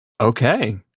Okay